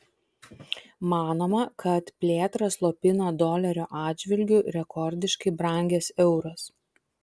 manoma kad plėtrą slopina dolerio atžvilgiu rekordiškai brangęs euras